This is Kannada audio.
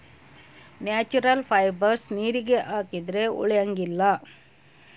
ನ್ಯಾಚುರಲ್ ಫೈಬರ್ಸ್ ನೀರಿಗೆ ಹಾಕಿದ್ರೆ ಉಳಿಯಂಗಿಲ್ಲ